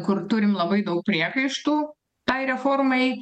kur turim labai daug priekaištų tai reformai